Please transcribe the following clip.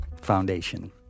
Foundation